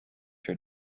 your